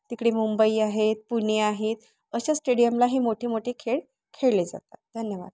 तिकडे मुंबई आहेत पुणे आहेत अशा स्टेडियमलाही मोठे मोठे खेळ खेळले जातात धन्यवाद